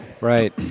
Right